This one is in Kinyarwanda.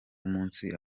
nk’umunsi